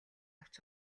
авч